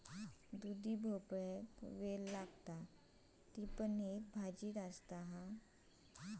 दुधी भोपळ्याचो वेल लागता, ती एक भाजी हा